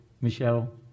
Michelle